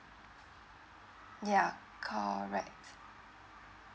yeah correct